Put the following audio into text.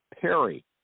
Perry